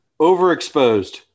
Overexposed